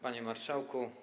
Panie Marszałku!